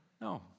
No